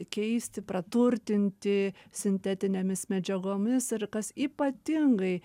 keisti praturtinti sintetinėmis medžiagomis ir kas ypatingai